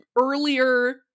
earlier